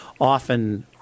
often